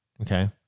okay